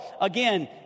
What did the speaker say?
again